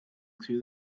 through